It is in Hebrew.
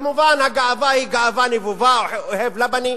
כמובן, הגאווה היא גאווה נבובה, אוהב לבנה